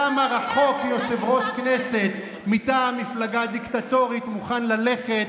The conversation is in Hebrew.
כמה רחוק יושב-ראש כנסת מטעם מפלגה דיקטטורית מוכן ללכת,